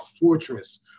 fortress